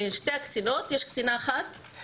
שתי הקצינות, אחת מהן